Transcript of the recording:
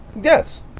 Yes